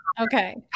Okay